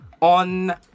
on